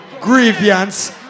grievance